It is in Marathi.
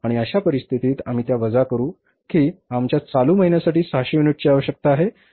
आणि अशा परिस्थितीत आम्ही त्या वजा करू की आमच्या चालू महिन्यासाठी 600 युनिट्सची आवश्यकता आहे